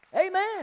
Amen